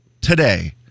today